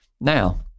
Now